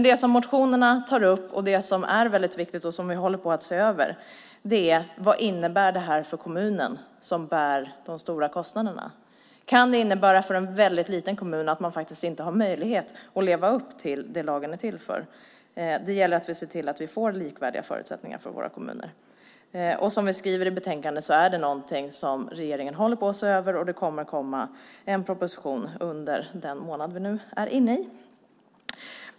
Det som motionärerna tar upp, som är viktigt och någonting som vi håller på att se över, är vad det innebär för kommunen som ju bär de stora kostnaderna. Kan det för en väldigt liten kommun innebära att man inte har möjlighet att leva upp till det lagen är till för? Det gäller att se till att vi får likvärdiga förutsättningar i våra kommuner. Som vi skriver i betänkandet är det någonting som regeringen håller på att se över, och det kommer att komma en proposition under den månad vi nu är inne i.